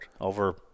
over